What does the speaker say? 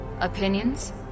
Opinions